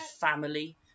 family